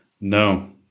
no